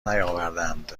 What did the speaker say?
نیاوردند